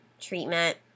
treatment